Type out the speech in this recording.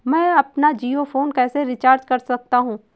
मैं अपना जियो फोन कैसे रिचार्ज कर सकता हूँ?